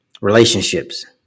relationships